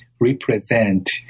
represent